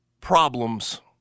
problems